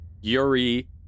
Yuri